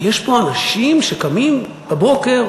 ויש פה אנשים שקמים בבוקר,